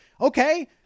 Okay